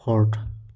ford